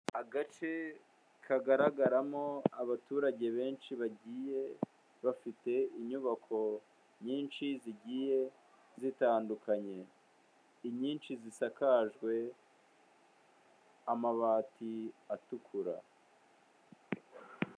Agace kagaragaramo abaturage benshi bagiye bafite inyubako nyinshi zigiye zitandukanye, inyinshi zisakajwe amabati atukura.